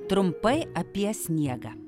trumpai apie sniegą